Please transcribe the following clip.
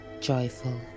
joyful